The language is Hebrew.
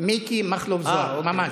מיקי מכלוף זוהר, ממ"ז.